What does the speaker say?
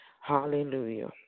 Hallelujah